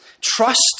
Trust